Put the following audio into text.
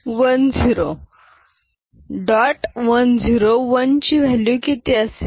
101 ची व्हॅल्यू किती असेल